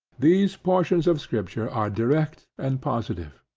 these portions of scripture are direct and positive.